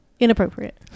Inappropriate